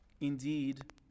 indeed